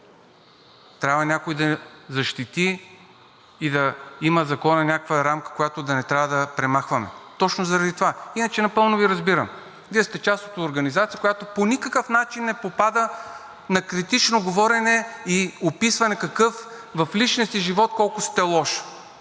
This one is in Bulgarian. трябва някой да защити и законът да има някаква рамка, която да не трябва да премахваме. Точно заради това. Иначе напълно Ви разбирам – Вие сте част от организация, която по никакъв начин не попада на критично говорене и описване в личния Ви живот колко сте лош.